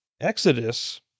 Exodus